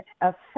affect